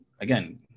again